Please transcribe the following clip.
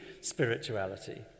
spirituality